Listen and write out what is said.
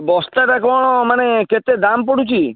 ବସ୍ତାଟା କ'ଣ ମାନେ କେତେ ଦାମ୍ ପଡ଼ୁଛି